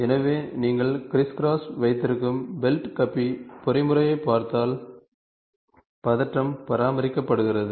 எனவே நீங்கள் க்ரிஸ்கிராஸ் வைத்திருக்கும் பெல்ட் கப்பி பொறிமுறையைப் பார்த்தால் பதற்றம் பராமரிக்கப்படுகிறது